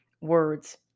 words